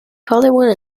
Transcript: hollywood